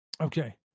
Okay